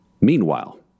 Meanwhile